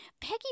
Peggy